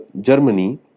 Germany